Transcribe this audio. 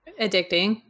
addicting